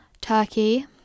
Turkey